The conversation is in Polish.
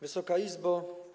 Wysoka Izbo!